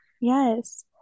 yes